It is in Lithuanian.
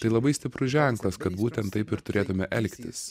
tai labai stiprus ženklas kad būtent taip ir turėtume elgtis